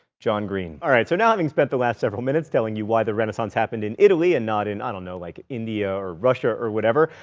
john green alright, so now having spent the last several minutes telling you why the renaissance happened in italy and not in, i don't know, like india or russia or whatever,